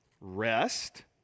Rest